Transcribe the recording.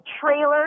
trailer